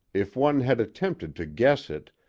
if one had attempted to guess it,